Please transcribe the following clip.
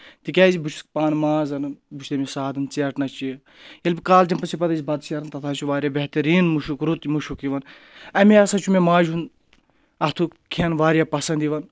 تِکیازِ بہٕ چھُس پانہٕ ماز اَنُن بہٕ چھُس تٔمِس سادن ژیٹنَس چھِ ییٚلہِ بہٕ کالجپَس چھِ پَتہٕ أسۍ بَتہٕ شیران تَتھ حظ چھُ واریاہ بہتریٖن مُشُک رُت مُشُک یِوان امے ہسا چھُ مےٚ ماجہِ ہُنٛد اَتھُک کھؠن واریاہ پَسنٛد یِوان